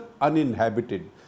uninhabited